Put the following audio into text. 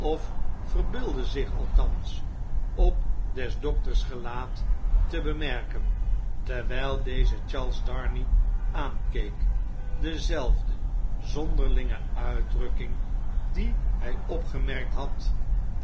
of verbeeldde zich althans op des dokters gelaat te bemerken terwyi deze charles darnay aa'nkeek dezelfde zonderlinge uitdrukking die hij opgemerkt had